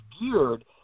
geared